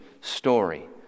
story